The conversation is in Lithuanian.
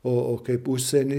o kaip užsieny